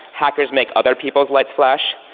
hackers make other people's lights flash.